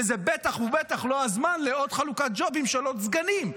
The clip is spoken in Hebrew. וזה בטח ובטח לא הזמן לעוד חלוקת ג'ובים של עוד סגנים.